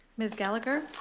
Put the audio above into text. ms. gallagher.